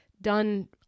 done